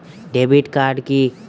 Debit card কি?